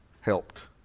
helped